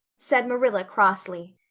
said marilla crossly.